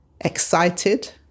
excited